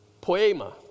Poema